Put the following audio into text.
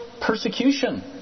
persecution